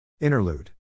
Interlude